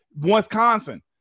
wisconsin